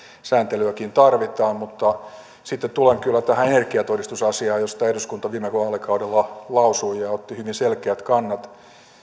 sääntelyäkin tarvitaan mutta sitten tullaan kyllä tähän energiatodistusasiaan josta eduskunta viime vaalikaudella lausui ja ja otti hyvin selkeät kannat